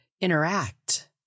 interact